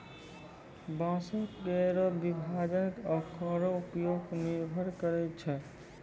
बांसों केरो विभाजन ओकरो उपयोग पर निर्भर करै छै